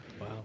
Wow